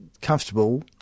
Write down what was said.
comfortable